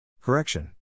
Correction